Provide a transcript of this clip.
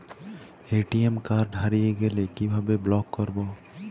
ATM card হারিয়ে গেলে কিভাবে ব্লক করবো?